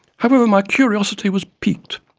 however my curiosity was piqued,